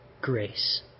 grace